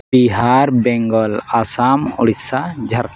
Bihar Bengal Assam Orissa Jharkhand